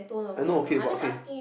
I know okay but okay